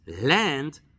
land